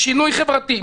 "שינוי חברתי",